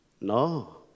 No